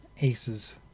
aces